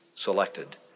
selected